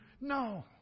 No